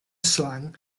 slang